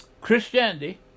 Christianity